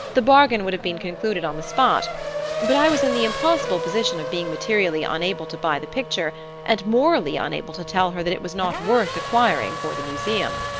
the bargain would have been concluded on the spot but i was in the impossible position of being materially unable to buy the picture and morally unable to tell her that it was not worth acquiring for the museum.